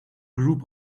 group